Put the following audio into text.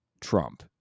Trump